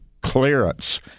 clearance